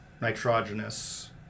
nitrogenous